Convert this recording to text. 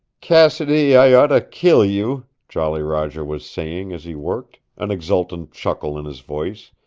cassidy, i oughta kill you, jolly roger was saying as he worked, an exultant chuckle in his voice.